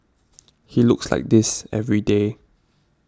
he looks like this every day